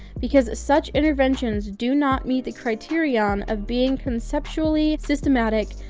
because such interventions do not meet the criterion of being conceptually systematic,